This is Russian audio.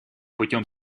путем